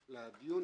לדיון.